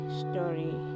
story